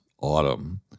Autumn